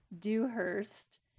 Dewhurst